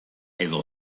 edo